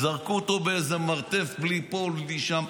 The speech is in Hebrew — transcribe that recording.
זרקו אותו בלי פה, בלי שם.